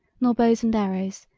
nor bows and arrows,